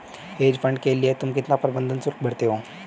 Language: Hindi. हेज फंड के लिए तुम कितना प्रबंधन शुल्क भरते हो?